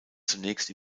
zunächst